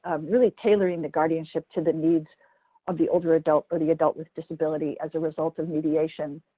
um really tailoring the guardianship to the needs of the older adult or the adult with disability as a result of mediation.